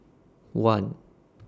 one